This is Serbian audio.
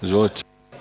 Izvolite.